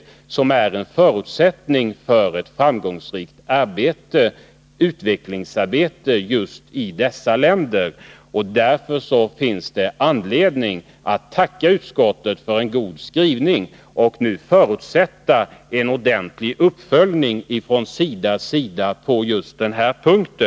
Detta är en förutsättning för ett framgångsrikt utvecklingsarbete just i dessa länder. Det finns anledning att tacka utskottet för en god skrivning och att förutsätta att en ordentlig uppföljning sker av SIDA på den här punkten.